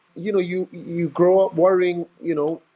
you know you you grow up worrying, you know,